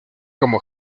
como